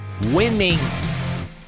Winning